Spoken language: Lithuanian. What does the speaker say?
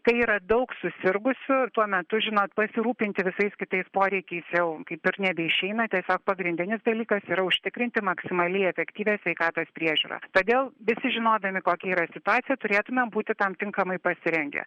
tai yra daug susirgusių tuo metu žinot pasirūpinti visais kitais poreikiais jau kaip ir nebeišeina tiesiog pagrindinis dalykas yra užtikrinti maksimaliai efektyvią sveikatos priežiūrą todėl visi žinodami kokia yra situacija turėtumėm būti tam tinkamai pasirengę